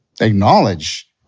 acknowledge